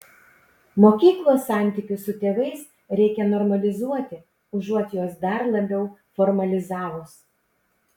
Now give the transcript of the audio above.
mokyklos santykius su tėvais reikia normalizuoti užuot juos dar labiau formalizavus